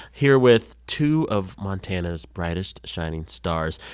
here with two of montana's brightest shining stars,